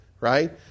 right